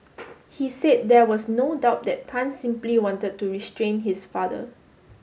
he said there was no doubt that Tan simply wanted to restrain his father